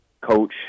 coach